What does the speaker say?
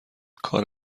کار